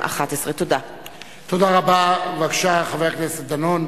של חברי הכנסת אמנון